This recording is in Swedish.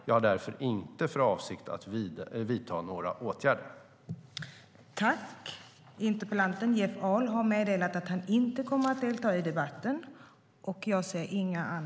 Jag har därför inte för avsikt att vidta några åtgärder. Då Jeff Ahl, som framställt interpellationen, hade anmält att han var förhindrad att närvara vid sammanträdet förklarade tredje vice talmannen överläggningen avslutad.